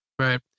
right